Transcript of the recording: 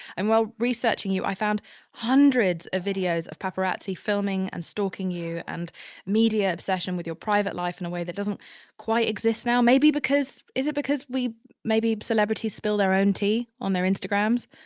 and while researching you, i found hundreds of videos of paparazzi filming and stalking you and media obsession with your private life in a way that doesn't quite exist now. maybe because, is it because we celebrities spilled our own tea on their instagrams?